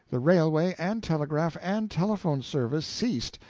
the railway and telegraph and telephone service ceased,